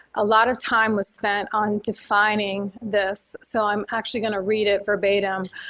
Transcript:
a lot of time was spent on defining this, so i'm actually going to read it verbatim,